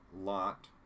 lot